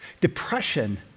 depression